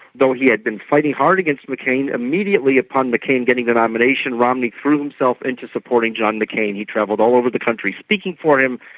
though he had been fighting hard against mccain, immediately upon mccain getting the nomination, romney threw himself into supporting john mccain. he travelled all over the country speaking for him,